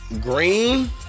Green